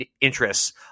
interests